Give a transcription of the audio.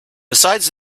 besides